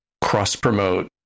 cross-promote